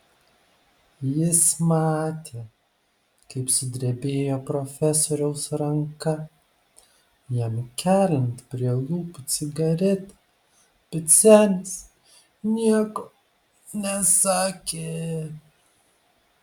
jis matė kaip sudrebėjo profesoriaus ranka jam keliant prie lūpų cigaretę bet senis nieko nesakė